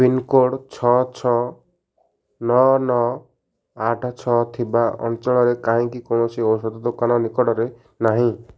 pin code ଛଅ ଛଅ ନଅ ନଅ ଆଠ ଛଅ ଥିବା ଅଞ୍ଚଳରେ କାହିଁକି କୌଣସି ଔଷଧ ଦୋକାନ ନିକଟରେ ନାହିଁ